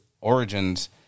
Origins